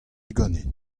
ganin